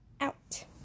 out